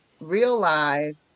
realize